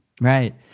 Right